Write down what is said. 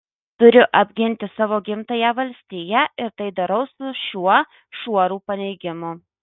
turiu apginti savo gimtąją valstiją ir tai darau su šiuo šuoru paneigimų